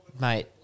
Mate